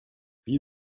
wie